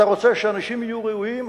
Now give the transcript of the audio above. אתה רוצה שאנשים יהיו ראויים,